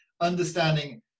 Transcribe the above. understanding